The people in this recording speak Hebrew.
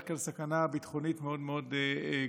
יש כאן סכנה ביטחונית מאוד מאוד גדולה.